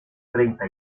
treinta